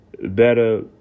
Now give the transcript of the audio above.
better